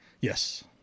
Yes